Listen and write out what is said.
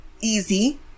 easy